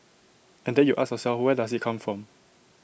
and then you ask yourself where does IT come from